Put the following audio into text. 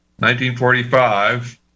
1945